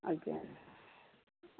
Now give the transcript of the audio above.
ଆଜ୍ଞା